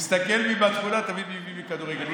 תסתכל מי בתמונה, תבין מי מבין בכדורגל.